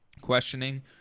Questioning